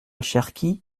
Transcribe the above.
cherki